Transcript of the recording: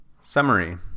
SUMMARY